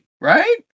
right